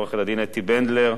עורכת-הדין אתי בנדלר,